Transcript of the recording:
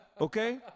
Okay